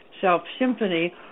self-symphony